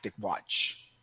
watch